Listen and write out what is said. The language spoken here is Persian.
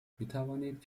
میتوانید